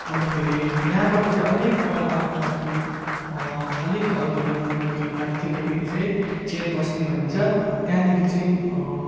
अन्त फेरि यहाँबाट चाहिँ अलिक पर माथि अलिक अघिल्लोपट्टि माथिपट्टि चाहिँ चेलबस्ती भन्ने छ त्यहाँनिर चाहिँ